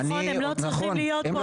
נכון, הם לא צריכים להיות פה.